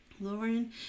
Lauren